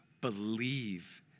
Believe